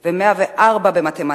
ו-104 במתמטיקה.